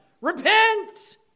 Repent